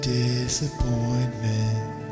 disappointment